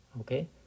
okay